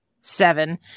seven